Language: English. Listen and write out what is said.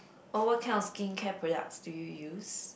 oh what kind of skincare products do you use